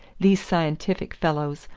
these scientific fellows,